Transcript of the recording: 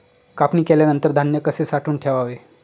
कापणी केल्यानंतर धान्य कसे साठवून ठेवावे?